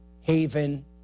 Haven